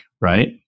Right